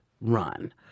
run